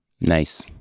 Nice